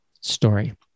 Story